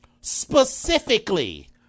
specifically